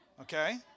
Okay